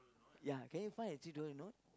ya can you find a three dollar note